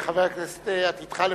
חבר הכנסת, עתידך לפניך,